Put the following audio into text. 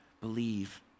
believe